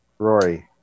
Rory